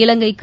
இலங்கைக்கு